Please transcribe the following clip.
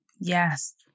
Yes